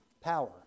power